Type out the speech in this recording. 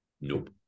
Nope